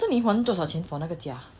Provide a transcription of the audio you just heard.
zheng ming 还多少钱 for 那个家